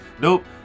Nope